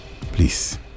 please